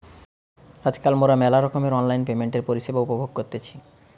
আজকাল মোরা মেলা রকমের অনলাইন পেমেন্টের পরিষেবা উপভোগ করতেছি